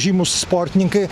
žymūs sportininkai